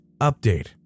update